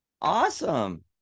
Awesome